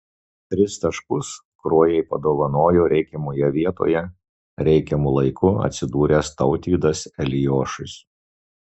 tris taškus kruojai padovanojo reikiamoje vietoje reikiamu laiku atsidūręs tautvydas eliošius